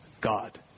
God